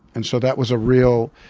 and so that was a real